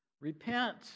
Repent